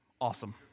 awesome